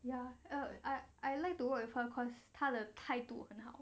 ya uh I I like to work her cause 他的态度很好